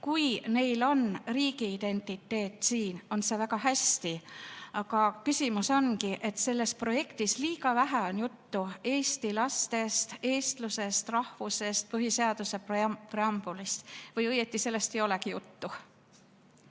Kui neil on riigiidentiteet siin, on see väga hästi. Aga küsimus ongi, et selles projektis on liiga vähe juttu eesti lastest, eestlusest, rahvusest, põhiseaduse preambulist. Või õieti sellest ei olegi juttu.